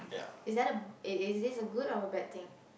is that a is it a good or bad thing